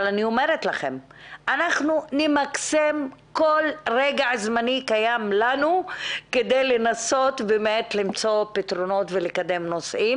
אבל אנחנו נמקסם כל רגע כדי לנסות לקדם נושאים.